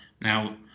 Now